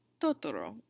Totoro